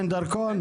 ואין דרכון?